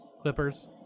Clippers